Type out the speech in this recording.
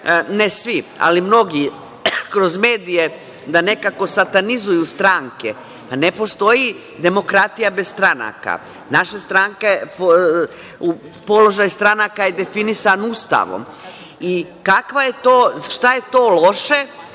ne svi, ali mnogi kroz medije da nekako satanizuju stranke, pa ne postoji demokratija bez stranaka, položaj stranaka je definisan Ustavom. Kakva je to, šta je to loše